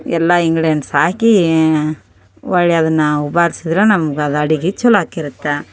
ಎಲ್ಲ ಇಂಗಡೆಂಟ್ಸ್ ಹಾಕೀ ಹೊಳ್ಳಿ ಅದನ್ನು ನಾವು ಬಾರ್ಸಿದ್ರೆ ನಮ್ಗೆ ಅದು ಅಡುಗೆ ಛಲೋ ಆಗಿರುತ್ತೆ